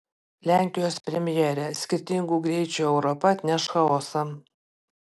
lenkijos premjerė skirtingų greičių europa atneš chaosą